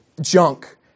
junk